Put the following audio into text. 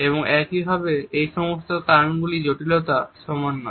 এবং একই সাথে এই সমস্ত কারণগুলির জটিলতা সমান নয়